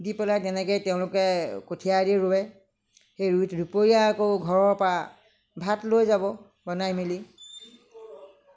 দি পেলাই তেনেকৈ তেওঁলোকে কঠিয়া আদি ৰোৱে সেই দুপৰীয়া আকৌ ঘৰৰ পৰা ভাত লৈ যাব বনাই মেলি